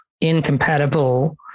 incompatible